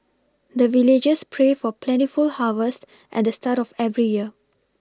the villagers pray for plentiful harvest at the start of every year